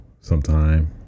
sometime